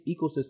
ecosystem